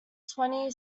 twenty